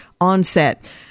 onset